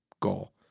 goal